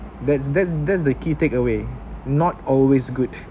that's that's that's the key take away not always good